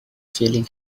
feeling